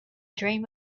dream